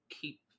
keep